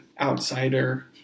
outsider